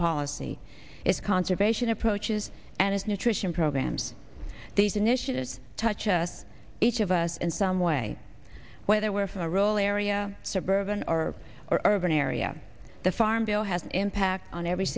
policy its conservation approaches and its nutrition programs these initiatives touches each of us in some way whether we're from a rural area suburban or oregon area the farm bill has impact on every